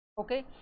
Okay